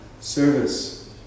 service